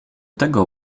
tego